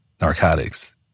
narcotics